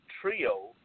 Trio